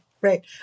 Right